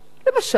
למשל,